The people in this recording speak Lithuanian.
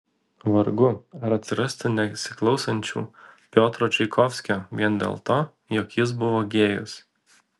vargu ar atsirastų nesiklausančių piotro čaikovskio vien dėl to jog jis buvo gėjus